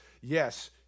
Yes